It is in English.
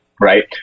right